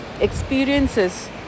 experiences